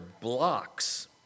blocks